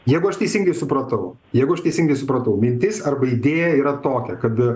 jeigu aš teisingai supratau jeigu aš teisingai supratau mintis arba idėja yra tokia kad